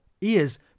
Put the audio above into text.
ears